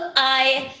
i